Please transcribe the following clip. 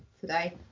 today